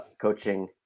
coaching